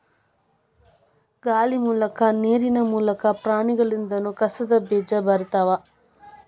ಗಾಳಿ ಮೂಲಕಾ ನೇರಿನ ಮೂಲಕಾ, ಪ್ರಾಣಿಗಳಿಂದನು ಕಸದ ಬೇಜಾ ಬರತಾವ